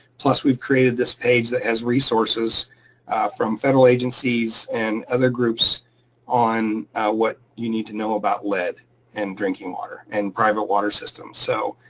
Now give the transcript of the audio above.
plus we've created this page that has resources from federal agencies and other groups on what you need to know about lead and drinking water and private water systems. so